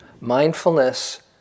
mindfulness